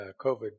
COVID